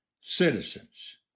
citizens